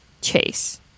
Chase